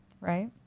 Right